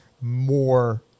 more